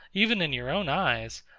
even in your own eyes,